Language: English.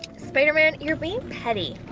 spiderman, you're being petty.